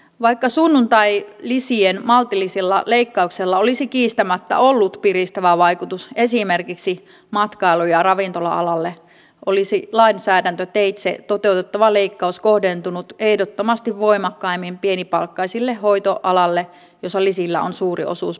vaikka sunnuntailisien maltillisella leikkauksella olisi kiistämättä ollut piristävä vaikutus esimerkiksi matkailu ja ravintola alalle olisi lainsäädäntöteitse toteutettava leikkaus kohdentunut ehdottomasti voimakkaimmin pienipalkkaiselle hoitoalalle jossa lisillä on suuri osuus palkanmuodostuksessa